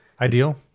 Ideal